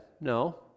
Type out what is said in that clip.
No